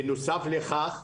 בנוסף לכך,